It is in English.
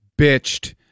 bitched